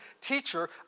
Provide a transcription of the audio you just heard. Teacher